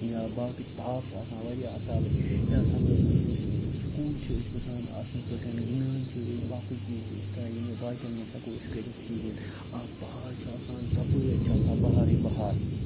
یا باقٕے تاپھ چھِ آسان واریاہ اَصٕل یا سَمرَس منٛز چھِ أسۍ سُکوٗل چھِ أسۍ گژھان اَصٕل پٲٹھۍ گِنٛدان چھِ أسۍ باقٕے چیٖز چھِ أسۍ کران یِم نہٕ باقِیَن منٛز ہٮ۪کو أسۍ کٔرِتھ کِہیٖنۍ اَکھ بہار چھِ آسان ژَپٲرۍ چھِ آسان بہارٕے بہار